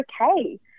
okay